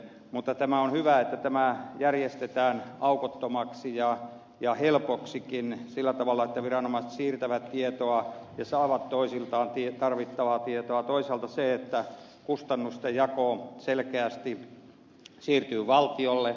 mutta on hyvä että tämä järjestetään aukottomaksi ja helpoksikin sillä tavalla että viranomaiset siirtävät tietoa ja saavat toisiltaan tarvittavaa tietoa ja toisaalta se että kustannusten jako selkeästi siirtyy valtiolle